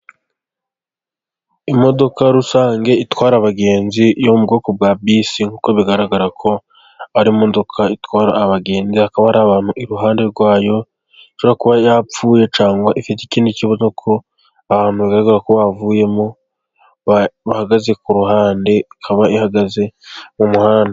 Imodoka rusange itwara abagenzi yo mu bwoko bwa bisi, nkuko bigaragara ko ari imodoka itwara abagenzi. Hakaba hari abantu iruhande rwayo. Ishobora kuba yapfuye cyangwa ifite ikindi kibazo, kuko abantu bigaragara ko bavuyemo bahagaze ku ruhande, ikaba ihagaze mu muhanda.